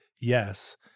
yes